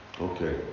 Okay